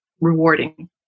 rewarding